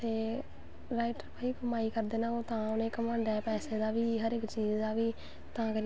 अखबारे पर सखांदे हे कि इयां इयां अज्ज कल बी सखांदे अज्ज कल कपड़ा किस हिसाबे दा कटनां कटिंग करनी ओह्दी